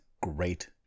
great